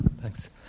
Thanks